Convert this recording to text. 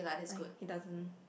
like he doesn't